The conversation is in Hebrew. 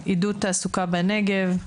עידוד תעסוקה בנגב.